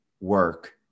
work